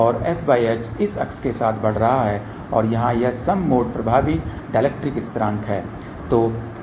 और sh इस अक्ष के साथ बढ़ रहा है और यहां यह एक सम मोड प्रभावी डायलेक्ट्रिक स्थिरांक है